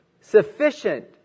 Sufficient